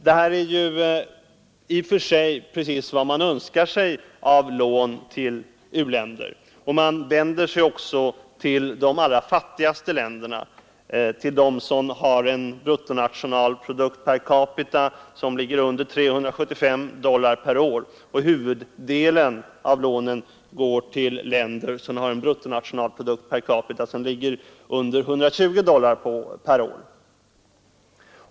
Detta är i och för sig precis vad man önskar sig av lån till u-länder. IDA vänder sig också till de allra fattigaste länderna, till dem som har en BNP per capita som ligger under 375 dollar per år. Huvuddelen av lånen går till länder som har en BNP per capita som ligger under 120 dollar per år.